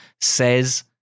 says